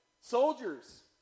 soldiers